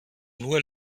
nur